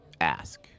ask